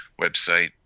website